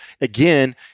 Again